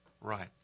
right